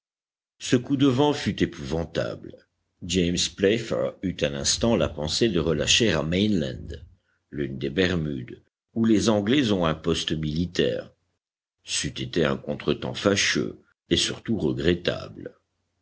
ce coup de vent fut épouvantable james playfair eut un instant la pensée de relâcher à mainland l'une des bermudes où les anglais ont un poste militaire c'eût été un contretemps fâcheux et surtout regrettable